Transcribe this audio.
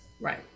Right